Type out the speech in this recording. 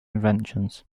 inventions